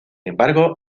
embargo